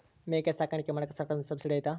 ಮೇಕೆ ಸಾಕಾಣಿಕೆ ಮಾಡಾಕ ಸರ್ಕಾರದಿಂದ ಸಬ್ಸಿಡಿ ಐತಾ?